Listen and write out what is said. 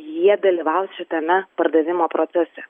jie dalyvaus šitame pardavimo procese